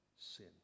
sin